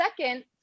second